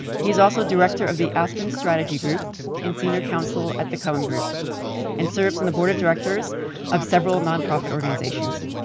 he's also director of the aspen strategy group and senior counsel at the cohen group and serves on and the board of directors of several nonprofit organizations.